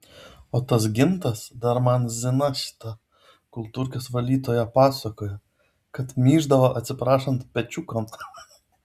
o tas gintas dar man zina šita kultūrkės valytoja pasakojo kad myždavo atsiprašant pečiukan